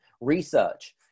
research